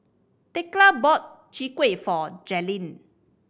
Thekla bought Chwee Kueh for Jaylene